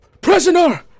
prisoner